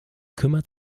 kümmert